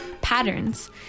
patterns